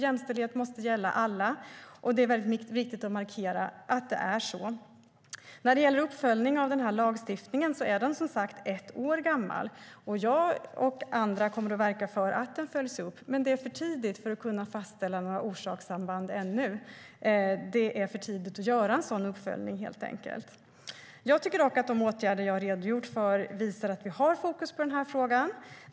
Jämställdhet måste gälla alla, och det är väldigt viktigt att markera att det är så. När det gäller uppföljning av den här lagstiftningen är den som sagt ett år gammal, och jag och andra kommer att verka för att den följs upp. Men det är för tidigt att kunna fastställa några orsakssamband ännu. Det är för tidigt att göra en sådan uppföljning helt enkelt. Jag tycker dock att de åtgärder som jag redogjort för visar att vi har fokus på den här frågan.